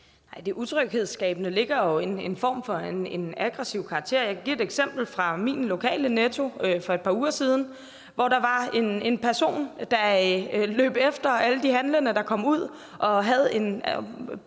det utryghedsskabende ligger der jo, at der er en form for aggressiv karakter, og jeg kan give et eksempel fra min lokale Netto for et par uger siden. Her var der en person, der løb efter alle de handlende, der kom ud, og rørte ved